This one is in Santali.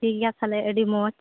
ᱴᱷᱤᱠ ᱜᱮᱭᱟ ᱛᱟᱦᱚᱞᱮ ᱟᱹᱰᱤ ᱢᱚᱡᱽ